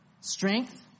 Strength